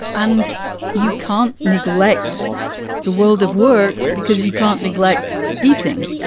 and you can't neglect the world of work because you can't neglect eating.